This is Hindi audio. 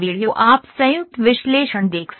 आप संयुक्त विश्लेषण देख सकते हैं